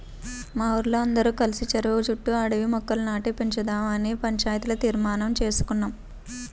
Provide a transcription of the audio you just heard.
మా ఊరోల్లందరం కలిసి చెరువు చుట్టూ అడవి మొక్కల్ని నాటి పెంచుదావని పంచాయతీలో తీర్మానించేసుకున్నాం